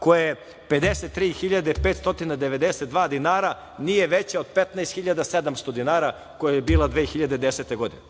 koja je 53.592 dinara nije veća od 15.700 dinara, koja je bila 2010. godine,